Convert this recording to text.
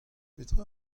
petra